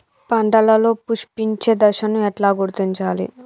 పంటలలో పుష్పించే దశను ఎట్లా గుర్తించాలి?